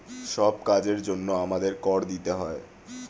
সব কাজের জন্যে আমাদের কর দিতে হয়